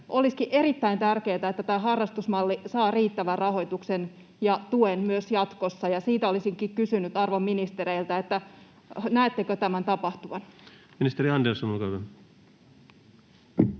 Olisikin erittäin tärkeätä, että tämä harrastusmalli saisi riittävän rahoituksen ja tuen myös jatkossa. Ja siitä olisinkin kysynyt arvon ministereiltä: näettekö tämän tapahtuvan? Ministeri Andersson, olkaa hyvä.